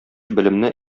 белемне